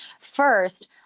first